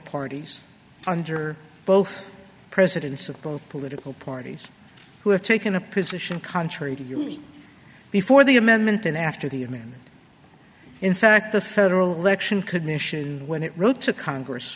parties under both presidents of both political parties who have taken a position contrary to yours before the amendment and after the and in fact the federal election commission when it wrote to congress